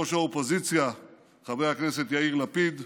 יושב-ראש האופוזיציה חבר הכנסת יאיר לפיד,